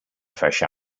fresh